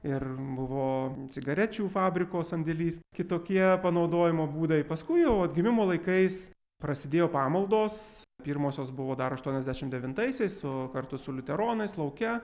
ir buvo cigarečių fabriko sandėlis kitokie panaudojimo būdai paskui jau atgimimo laikais prasidėjo pamaldos pirmosios buvo dar aštuoniasdešimt devintaisiais o kartu su liuteronais lauke